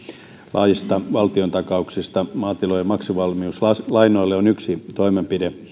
laista valtiontakauksista maatilojen maksuvalmiuslainoille on yksi toimenpide